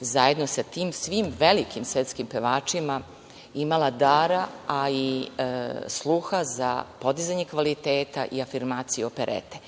zajedno sa tim svim velikim svetskim pevačima imala dara, a i sluha za podizanje kvaliteta i afirmacije operete.